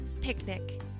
picnic